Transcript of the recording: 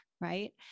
right